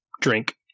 Drink